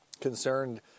concerned